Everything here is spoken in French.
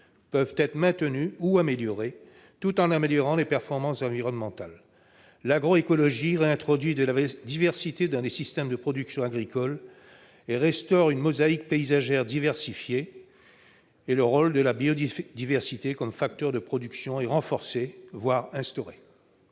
peuvent être maintenus ou améliorés tout en renforçant les performances environnementales. L'agroécologie réintroduit de la diversité dans les systèmes de production agricole et restaure une mosaïque paysagère diversifiée ; le rôle de la biodiversité comme facteur de production en sort renforcé, voire restauré.